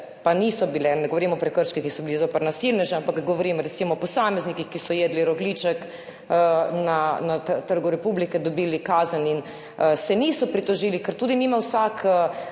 pa ne govorim o prekrških, ki so bili zoper nasilneže, ampak govorim recimo o posameznikih, ki so jedli rogljiček na Trgu republike, dobili kazen in se niso pritožili, ker vsak